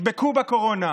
נדבקו בקורונה,